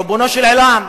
ריבונו של עולם,